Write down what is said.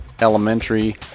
elementary